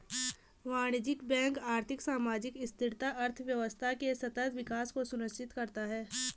वाणिज्यिक बैंक आर्थिक, सामाजिक स्थिरता, अर्थव्यवस्था के सतत विकास को सुनिश्चित करता है